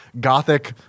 gothic